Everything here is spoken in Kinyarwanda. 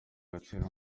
agaciro